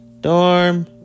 Dorm